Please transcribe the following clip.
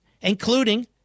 including